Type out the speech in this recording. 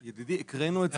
ידידי, הקראנו את זה.